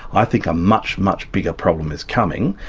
i think a much, much bigger problem is coming,